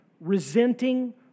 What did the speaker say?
Resenting